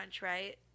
right